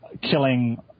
killing